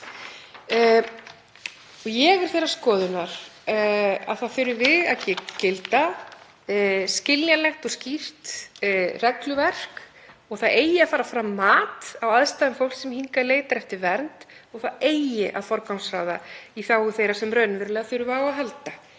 Ég er þeirrar skoðunar að það þurfi að gilda skiljanlegt og skýrt regluverk og það eigi að fara fram mat á aðstæðum fólks sem hingað leitar eftir vernd, og það eigi að forgangsraða í þágu þeirra sem raunverulega þurfa á að halda.